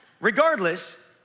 regardless